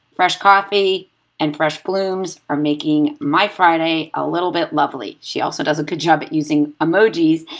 fresh coffee and fresh blooms are making my friday a little bit lovely. she also does a good job at using emojis,